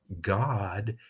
God